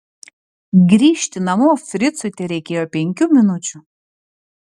grįžti namo fricui tereikėjo penkių minučių